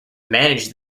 manage